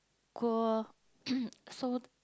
cool so